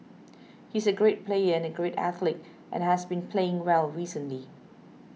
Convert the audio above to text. he's a great player and a great athlete and has been playing well recently